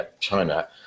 China